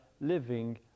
living